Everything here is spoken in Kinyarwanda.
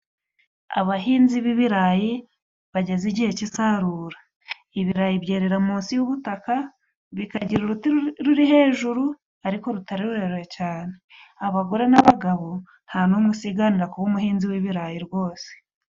Abahinzi b'ibirayi bageze igihe cy'isarura; ibirayi byerera munsi y'ubutaka bikagira uruti ruri hejuru ariko rutari rurerure cyane. Abagore n'abagabo nta n'umwe usiganira kuba umuhinzi w'ibirayi rwose.